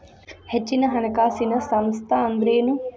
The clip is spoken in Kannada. ಹೆಚ್ಚಿನ ಹಣಕಾಸಿನ ಸಂಸ್ಥಾ ಅಂದ್ರೇನು?